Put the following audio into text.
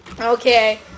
Okay